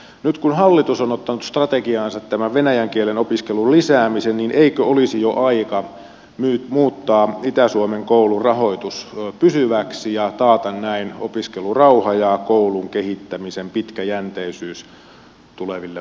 nyt kun hallitus on ottanut strategiaansa tämän venäjän kielen opiskelun lisäämisen eikö olisi jo aika muuttaa itä suomen koulun rahoitus pysyväksi ja taata näin opiskelurauha ja koulun kehittämisen pitkäjänteisyys tuleville vuosille